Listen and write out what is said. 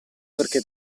perché